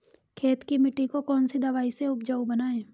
खेत की मिटी को कौन सी दवाई से उपजाऊ बनायें?